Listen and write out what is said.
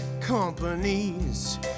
companies